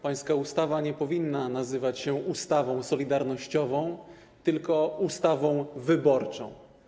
Pańska ustawa nie powinna nazywać się ustawą solidarnościową, tylko ustawą wyborczą.